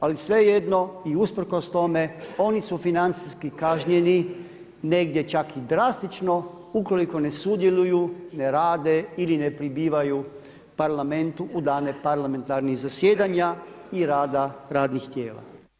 Ali svejedno i usprkos tome oni su financijski kažnjeni negdje čak i drastično ukoliko ne sudjeluju, ne rade ili ne pribivaju parlamentu u dane parlamentarnih zasjedanja i rada radnih tijela.